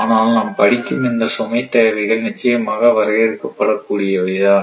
ஆனால் நாம் படிக்கும் இந்த சுமை தேவைகள் நிச்சயமாக வரையறுக்கப்பட கூடியவைதான்